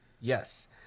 Yes